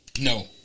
no